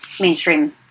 mainstream